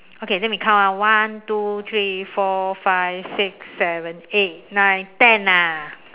okay then we count ah one two three four five six seven eight nine ten ah